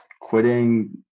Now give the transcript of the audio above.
quitting